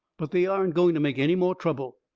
but they aren't going to make any more trouble.